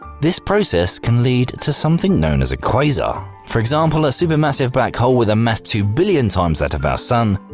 this process can lead to something known as a quasar. for example, a supermassive black hole with a mass two billion times that of the ah sun,